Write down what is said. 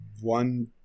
one